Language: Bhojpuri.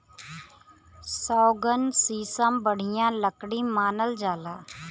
सौगन, सीसम बढ़िया लकड़ी मानल जाला